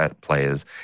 players